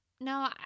no